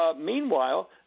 Meanwhile